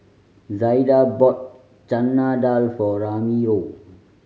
Zaida bought Chana Dal for Ramiro